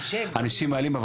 אנשים מעלים,